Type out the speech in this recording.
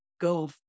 go